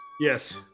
Yes